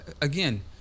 Again